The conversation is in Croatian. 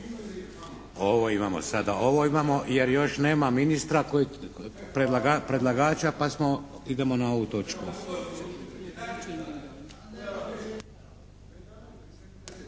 Ovo imamo sada, jer još nema ministra, predlagača pa idemo na ovu točku.